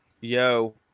yo